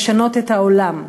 לשנות את העולם,